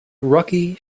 rocky